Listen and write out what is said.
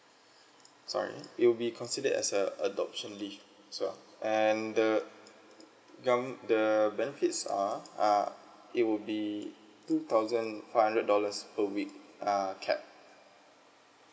sorry it will be considered as a adoption leave so and the government the benefits are uh it will be two thousand five hundred dollars per week err cap